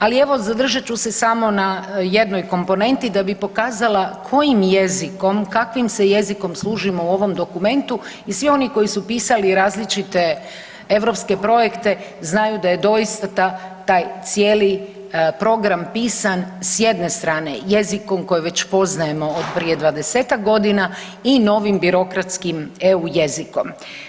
Ali evo zadržat ću samo na jednoj komponenti da bi pokazala kojim jezikom, kakvim se jezikom služimo u ovom dokumentu i svi oni koji su pisali različite europske projekte znaju da je doista taj cijeli program pisan s jedne strane, jezikom koji već poznajemo od prije 20-ak godina i novim birokratskim eu jezikom.